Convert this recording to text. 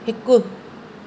हिकु